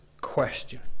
question